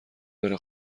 بره